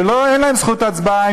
שאין להם זכות הצבעה,